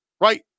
Right